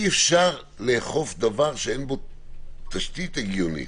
אי אפשר לאכוף דבר שאי בו תשתית הגיונית.